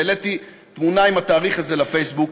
העליתי תמונה עם התאריך הזה לפייסבוק,